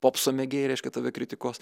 popso mėgėjai reiškia tave kritikuos